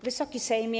Wysoki Sejmie!